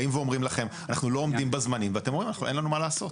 באים ואומרים לכם אנחנו לא עומדים בזמנים ואתם אומרים אין לנו מה לעשות.